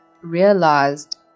realized